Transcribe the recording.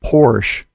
Porsche